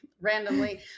randomly